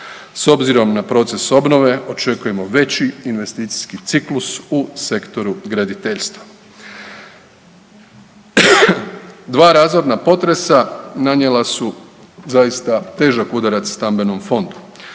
S obzirom na proces obnove, očekujemo veći investicijski ciklus u sektoru graditeljstva. Dva razorna potresa nanijela su zaista težak udarac stambenom fondu.